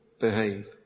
behave